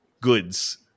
goods